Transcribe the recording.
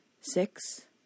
six